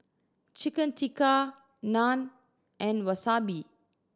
Chicken Tikka Naan and Wasabi